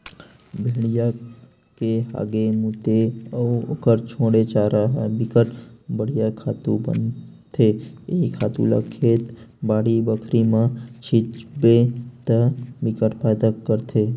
भेड़िया के हागे, मूते अउ एखर छोड़े चारा ह बिकट बड़िहा खातू बनथे ए खातू ल खेत, बाड़ी बखरी म छितबे त बिकट फायदा करथे